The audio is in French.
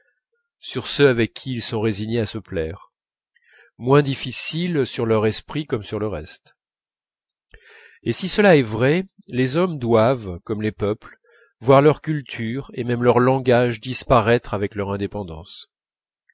sur ceux avec qui ils sont résignés à se plaire moins difficiles sur leur esprit comme sur le reste et si cela est vrai les hommes doivent comme les peuples voir leur culture et même leur langage disparaître avec leur indépendance